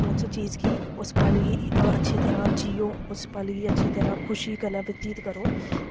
उस चीज़ गी उस पल गी अच्छी तरह् जियो उस पल गी अच्छी तरह् खुशी कन्नै ब्यतीत करो